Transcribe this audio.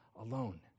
alone